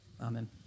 Amen